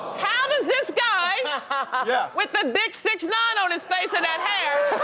how does this guy ah yeah with a big sixty nine on his face and that hair,